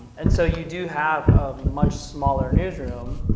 and so you do have a much smaller newsroom